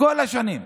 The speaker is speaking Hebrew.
כל השנים,